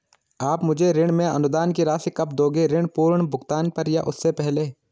आप मुझे ऋण में अनुदान की राशि कब दोगे ऋण पूर्ण भुगतान पर या उससे पहले?